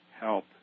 help